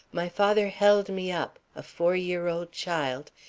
my father held me up, a four-year-old child,